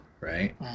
Right